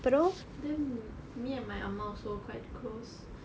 then me and அம்மா:ammaa also quite close